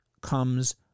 comes